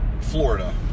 Florida